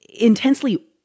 intensely